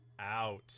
out